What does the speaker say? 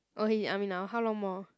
oh he in army now how long more